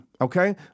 okay